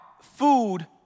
food